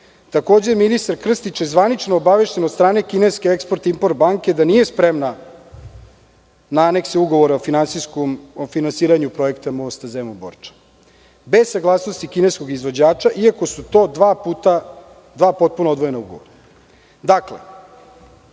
radi. Takođe, ministar Krstić je zvanično obavešten od strane kineske Eksport-Import banke da nije spremna na anekse ugovora o finansiranju projekta mosta Zemun-Borča, bez saglasnosti kineskog izvođača, iako su to dva potpuno odvojena ugovora. Dakle,